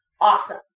awesome